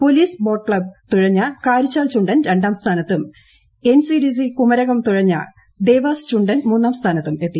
police boat club തുഴഞ്ഞ കാരിച്ചാൽ ചുണ്ടൻ രണ്ടാം സ്ഥാനത്തും എൻസിഡിസി കുമരകം തുഴഞ്ഞ ദേവസ് ചുണ്ടൻ മുന്നാം സ്ഥാനത്തും എത്തി